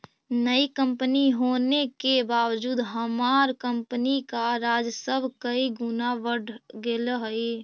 नई कंपनी होने के बावजूद हमार कंपनी का राजस्व कई गुना बढ़ गेलई हे